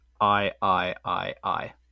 I-I-I-I